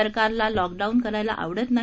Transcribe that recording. सरकारला लॉकडाऊन करण्यास आवडत नाही